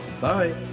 Bye